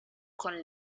con